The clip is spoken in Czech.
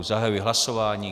Zahajuji hlasování.